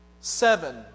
Seven